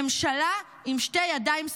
ממשלה עם שתי ידיים שמאליות,